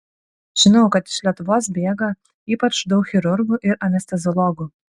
žinau kad iš lietuvos bėga ypač daug chirurgų ir anesteziologų